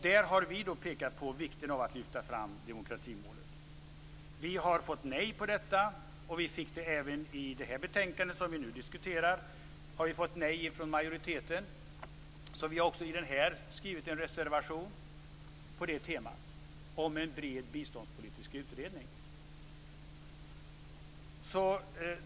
Vi har pekat på vikten av att där lyfta fram demokratimålet. Vi har fått nej till detta. Även i det betänkande som vi nu diskuterar har vi fått nej från majoriteten. Även här har vi därför skrivit en reservation på temat om en bred biståndspolitisk utredning.